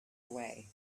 away